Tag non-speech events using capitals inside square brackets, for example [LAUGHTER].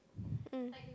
[BREATH] mm